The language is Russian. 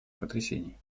потрясений